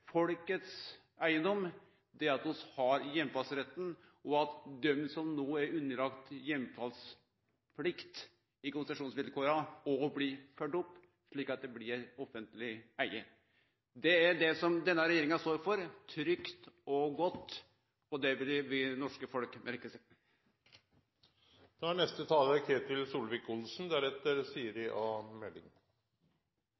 folkets eigedom er at vi har heimfallsretten, og at dei som no er underlagde heimfallsplikt i konsesjonsvilkåra, òg blir førte opp slik at det blir offentleg eige. Det er det denne regjeringa står for – trygt og godt – og det vil det norske folk merke seg.